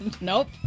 Nope